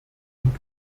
und